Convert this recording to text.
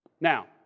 Now